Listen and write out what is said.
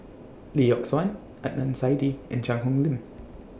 Lee Yock Suan Adnan Saidi and Cheang Hong Lim